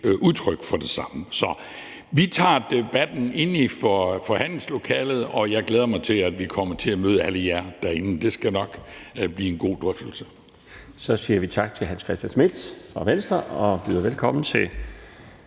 udtryk for det samme. Så vi tager debatten inde i forhandlingslokalet, og jeg glæder mig til, at vi kommer til at møde alle jer derinde. Det skal nok blive en god drøftelse. Kl. 17:40 Den fg. formand (Bjarne Laustsen): Så siger vi tak til hr. Hans Christian Schmidt fra Venstre og byder velkommen til